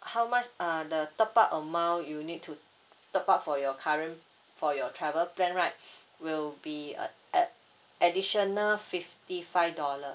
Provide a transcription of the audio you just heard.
how much uh the top up amount you'll need to top up for your current for your travel plan right will be uh add additional fifty five dollar